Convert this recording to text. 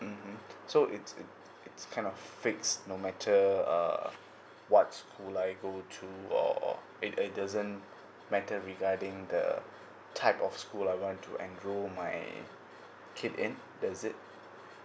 mmhmm so it's it's it's kind of fixed no matter err what school I go to or or it it doesn't matter regarding the type of school I want to enroll my kid in does it